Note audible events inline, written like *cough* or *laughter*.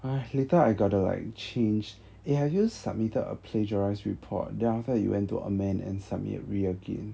*noise* later I got to like change eh have you submitted a plagiarised report then after that you went to amend and submit read again